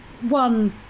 One